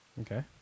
Okay